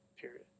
Period